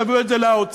תביאו את זה לאוצר,